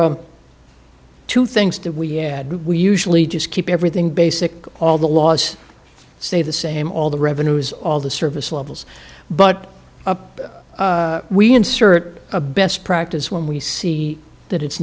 a two things that we add we usually just keep everything basic all the laws stay the same all the revenues all the service levels but up we insert a best practice when we see that it's